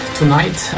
tonight